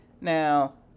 Now